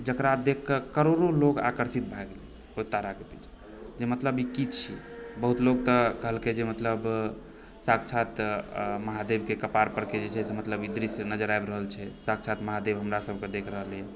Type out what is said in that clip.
जकरा देखि कऽ करोड़ो लोग आकर्षित भए गेलै ओहि ताराके पीछा जे मतलब ई की छियै बहुत लोग तऽ कहलकै जे मतलब साक्षात महादेवके कपार परके जे छै से मतलब ई दृश्य नजर आबि रहल छै साक्षात महादेव हमरा सबकेँ देख रहल अहि